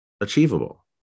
achievable